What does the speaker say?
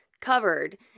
covered